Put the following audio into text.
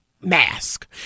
mask